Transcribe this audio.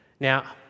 Now